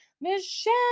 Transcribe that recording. Michelle